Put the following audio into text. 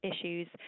issues